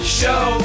show